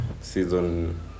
Season